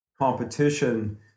competition